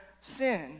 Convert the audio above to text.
sin